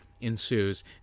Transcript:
ensues